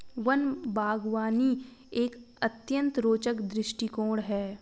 one बागवानी एक अत्यंत रोचक दृष्टिकोण है